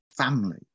family